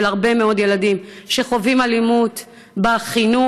ושל הרבה מאוד ילדים שחווים אלימות בחינוך,